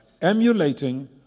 Emulating